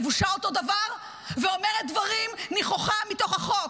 לבושה אותו דבר ואומרת דברים נכוחה מתוך החוק.